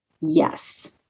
Yes